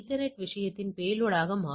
4 7 என்பது 28 ஆகும்